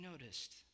noticed